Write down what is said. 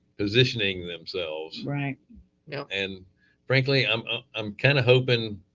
positioning themselves right now and frankly i'm ah um kind of hoping